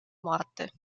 morte